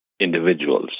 individuals